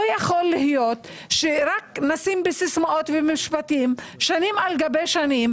לא יכול להיות שרק נשים סיסמאות ומשפטים שנים על גבי שנים.